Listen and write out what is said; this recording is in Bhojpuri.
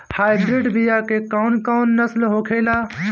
हाइब्रिड बीया के कौन कौन नस्ल होखेला?